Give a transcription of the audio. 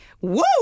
woo